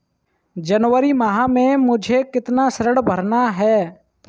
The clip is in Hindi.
जनवरी माह में मुझे कितना ऋण भरना है?